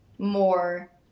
More